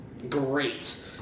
Great